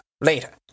later